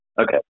okay